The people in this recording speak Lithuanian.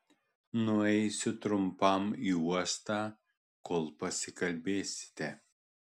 nueisiu trumpam į uostą kol pasikalbėsite